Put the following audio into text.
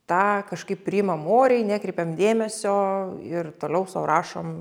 tą kažkaip priimam oriai nekreipėm dėmesio ir toliau sau rašom